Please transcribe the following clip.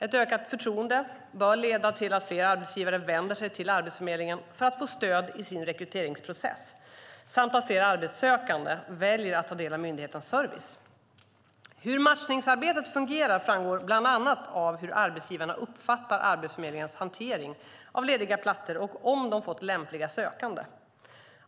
Ett ökat förtroende bör leda till att fler arbetsgivare vänder sig till Arbetsförmedlingen för att få stöd i sin rekryteringsprocess samt till att fler arbetssökande väljer att ta del av myndighetens service. Hur matchningsarbetet fungerar framgår bland annat av hur arbetsgivarna uppfattar Arbetsförmedlingens hantering av lediga platser och om de fått lämpliga sökande.